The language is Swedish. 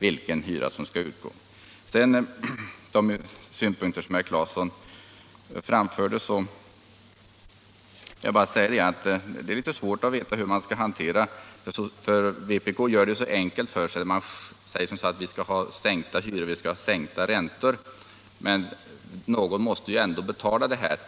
Det är svårt att veta hur man skall hantera de synpunkter herr Claeson framför. Vpk gör det så enkelt för sig. Man vill sänka hyror och sänka räntor. Men någon måste ju ändå betala vad det kostar.